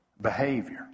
behavior